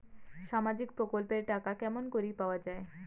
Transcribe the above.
সামাজিক প্রকল্পের টাকা কেমন করি পাওয়া যায়?